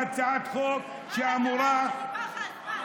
זו הצעת חוק שאמורה, מה מצבנו?